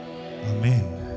Amen